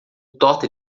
torta